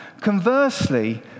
Conversely